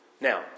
Now